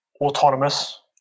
autonomous